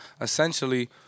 essentially